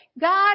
God